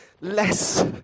less